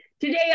Today